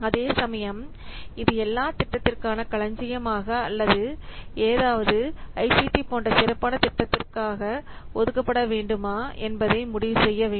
அதேசமயம் இது எல்லா திட்டத்திற்கான களஞ்சியமாக அல்லது ஏதாவது ஐசிடி போன்ற சிறப்பான திட்டத்திற்காக ஒதுக்கப்பட வேண்டுமா என்பதை முடிவு செய்ய வேண்டும்